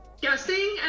guessing